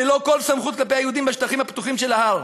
ללא כל סמכות כלפי היהודים בשטחים הפתוחים של ההר.